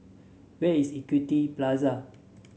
where is Equity Plaza